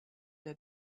der